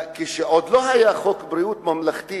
כשעוד לא היה חוק ביטוח בריאות ממלכתי,